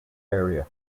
area